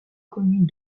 communes